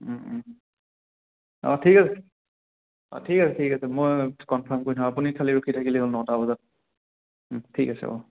অঁ ঠিক আছে ঠিক আছে ঠিক আছে মই কনফাৰ্ম কৰি থম আপুনি খালি ৰখি থাকিলেই হল নটা বজাত ঠিক আছে অঁ